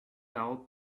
out